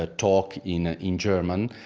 ah talk in in german,